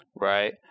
Right